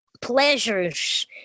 pleasures